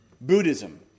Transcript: Buddhism